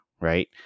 right